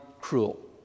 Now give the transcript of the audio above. cruel